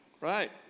right